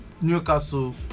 Newcastle